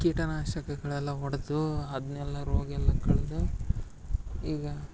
ಕೀಟನಾಶಕಗಳೆಲ್ಲ ಹೊಡ್ದು ಅದನ್ನೆಲ್ಲ ರೋಗ ಎಲ್ಲ ಕಳೆದು ಈಗ